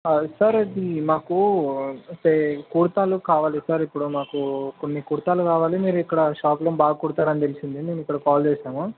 sir అది మాకు సే కుర్తాలు కావాలి సార్ ఇప్పుడు మాకు కొన్ని కుర్తాలు కావాలి మీరు ఇక్కడ షాప్లో బాగా కుడతారని తెలిసింది నేను ఇప్పుడు కాల్ చేసాము